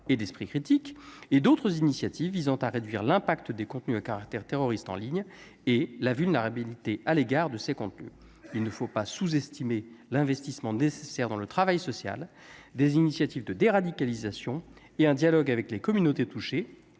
et de l'esprit critique et de toute autre initiative permettant de réduire à la fois l'impact des contenus à caractère terroriste en ligne et la vulnérabilité à leur égard. Il ne faut pas sous-estimer l'investissement nécessaire dans le travail social, dans les initiatives de déradicalisation et dans le dialogue avec les communautés touchées,